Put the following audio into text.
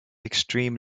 extreme